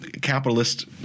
capitalist